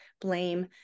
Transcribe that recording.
blame